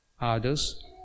Others